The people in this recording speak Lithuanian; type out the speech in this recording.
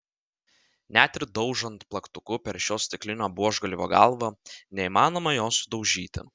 net ir daužant plaktuku per šio stiklinio buožgalvio galvą neįmanoma jo sudaužyti